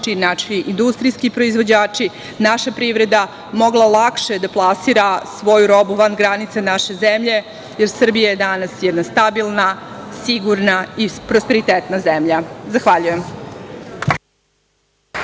naši industrijski proizvođači, naša privreda mogla lakše da plasira svoju robu van granica naše zemlje jer Srbija je danas jedna stabilna, sigurna i prosperitetna zemlja. Zahvaljujem.